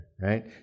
Right